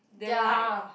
ya